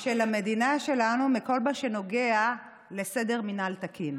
של המדינה שלנו מכל מה שנוגע לסדר מינהל תקין.